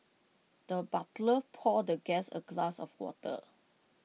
the butler poured the guest A glass of water